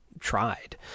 tried